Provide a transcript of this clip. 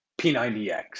P90X